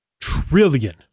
trillion